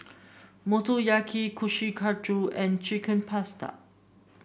Motoyaki Kushiyaki and Chicken Pasta